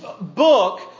book